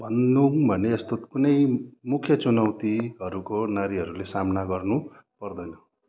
भनौँ भने यस्तो कुनै मुख्य चुनौतीहरूको नारीहरूले सामना गर्नु पर्दैन